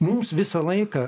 mums visą laiką